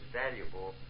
valuable